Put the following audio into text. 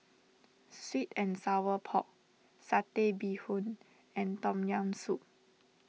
Sweet and Sour Pork Satay Bee Hoon and Tom Yam Soup